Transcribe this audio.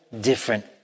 different